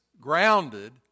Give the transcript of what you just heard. grounded